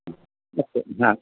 अस्तु हा